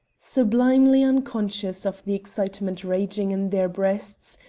sublimely unconscious of the excitement raging in their breasts,